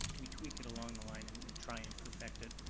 we tweak it along the line and and try and perfect it.